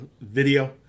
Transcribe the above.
video